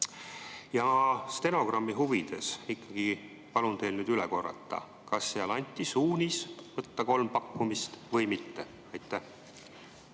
Ja stenogrammi huvides ikkagi palun nüüd teil üle korrata, kas seal anti suunis võtta kolm pakkumist või mitte. Aitäh,